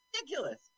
ridiculous